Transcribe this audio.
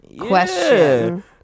question